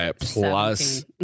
plus